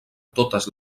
totes